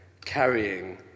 carrying